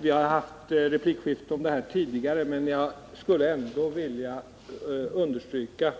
Vi har haft replikskiften om den tidigare, men jag skulle ändå vilja understryka